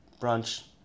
brunch